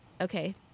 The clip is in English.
Okay